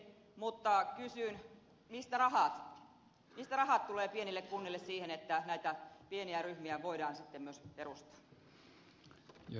mutta kysyn mistä tulevat rahat pienille kunnille siihen että näitä pieniä ryhmiä voidaan sitten myös perustaa